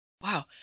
Wow